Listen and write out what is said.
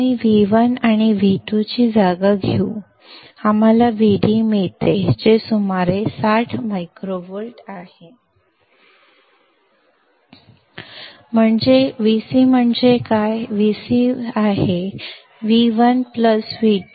ಆದ್ದರಿಂದ ನಾವು V1 ಮತ್ತು V2 ಗೆ ಬದಲಿಯಾಗಿರುತ್ತೇವೆ ನಾವು 60 ಮೈಕ್ರೊವೋಲ್ಟ್ಗಳ Vd ಅನ್ನು ಪಡೆಯುತ್ತೇವೆ